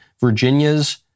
Virginia's